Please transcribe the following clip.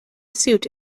suit